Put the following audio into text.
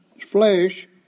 flesh